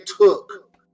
took